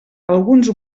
alguns